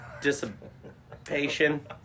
dissipation